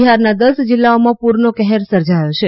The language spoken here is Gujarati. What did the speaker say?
બિહારના દસ જીલ્લાઓમાં પૂરનો કહેર સર્જાયો છે